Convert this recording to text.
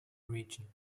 region